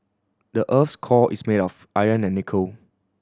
the earth's core is made of iron and nickel